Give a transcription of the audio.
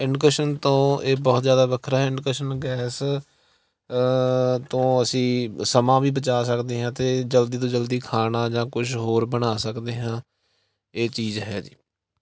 induction ਤੋਂ ਇਹ ਬਹੁਤ ਜ਼ਿਆਦਾ ਵੱਖਰਾ ਇੰਡਕਸ਼ਨ ਗੈਸ ਤੋਂ ਅਸੀਂ ਸਮਾਂ ਵੀ ਬਚਾ ਸਕਦੇ ਹਾਂ ਅਤੇ ਜਲਦੀ ਤੋਂ ਜਲਦੀ ਖਾਣਾ ਜਾਂ ਕੁਛ ਹੋਰ ਬਣਾ ਸਕਦੇ ਹਾਂ ਇਹ ਚੀਜ਼ ਹੈ ਜੀ